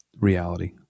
Reality